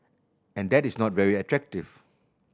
and that is not very attractive